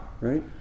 right